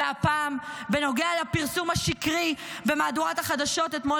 והפעם בנוגע לפרסום השקרי במהדורת החדשות אתמול